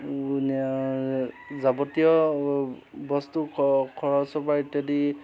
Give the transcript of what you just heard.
যাৱতীয় বস্তু খৰচৰ পৰা ইত্যাদি